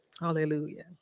Hallelujah